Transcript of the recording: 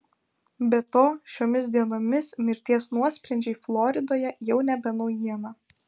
be to šiomis dienomis mirties nuosprendžiai floridoje jau nebe naujiena